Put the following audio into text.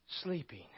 Sleeping